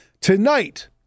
Tonight